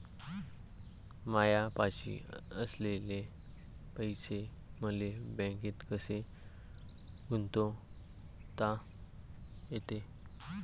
मायापाशी असलेले पैसे मले बँकेत कसे गुंतोता येते?